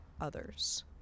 others